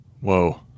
Whoa